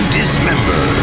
dismember